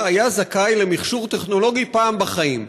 היה זכאי למכשור טכנולוגי פעם בחיים,